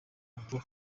ubwo